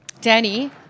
Danny